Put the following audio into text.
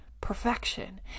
perfection